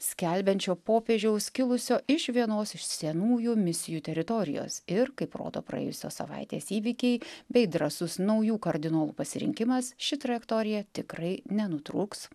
skelbiančio popiežiaus kilusio iš vienos iš senųjų misijų teritorijos ir kaip rodo praėjusios savaitės įvykiai bei drąsus naujų kardinolų pasirinkimas ši trajektorija tikrai nenutrūks